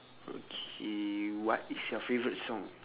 okay what is your favourite song